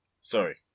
Sorry